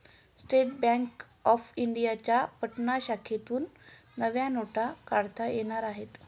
state bank of इंडियाच्या पटना शाखेतून नव्या नोटा काढता येणार आहेत